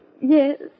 Yes